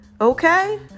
Okay